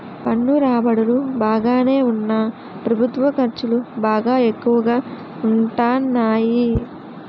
పన్ను రాబడులు బాగానే ఉన్నా ప్రభుత్వ ఖర్చులు బాగా ఎక్కువగా ఉంటాన్నాయి